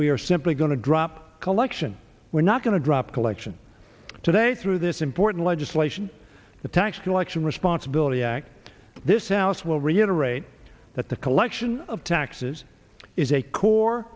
we are simply going to drop collection we're not going to drop collection today through this important legislation the tax collection responsibility act this alice will reiterate that the collection of taxes is a core